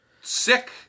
sick